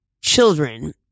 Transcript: children